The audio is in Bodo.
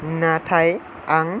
नाथाय आं